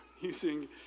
using